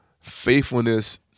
faithfulness